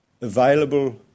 available